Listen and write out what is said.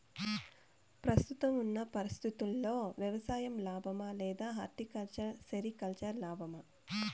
ప్రస్తుతం ఉన్న పరిస్థితుల్లో వ్యవసాయం లాభమా? లేదా హార్టికల్చర్, సెరికల్చర్ లాభమా?